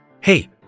Hey